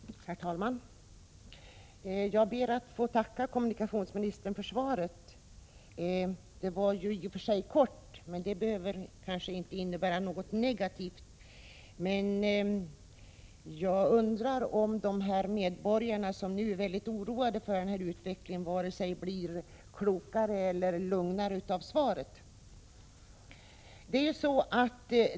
Herr talman! Jag ber att få tacka kommunikationsministern för svaret. Det var i och för sig kort, men det behöver kanske inte innebära något negativt. Däremot undrar jag om de medborgare som nu är mycket oroade över utvecklingen blir vare sig klokare eller lugnare av svaret.